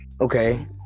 Okay